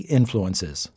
influences